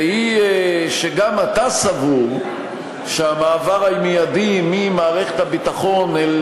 והיא שגם אתה סבור שהמעבר המיידי ממערכת הביטחון אל